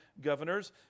governors